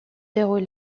déroule